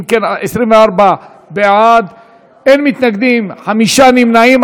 אם כן, 24 בעד, אין מתנגדים, חמישה נמנעים.